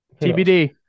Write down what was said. TBD